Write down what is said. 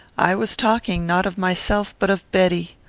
i was talking, not of myself, but of betty.